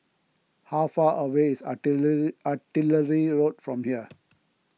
how far away is Artillery Artillery Road from here